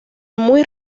muy